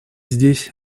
здесь